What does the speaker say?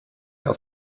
auf